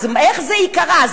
איך זה ייקרא?